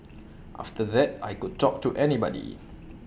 after that I could talk to anybody